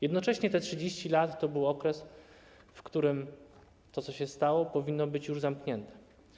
Jednocześnie te 30 lat to był okres, w którym to, co się stało, powinno być już zamknięte.